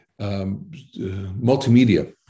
multimedia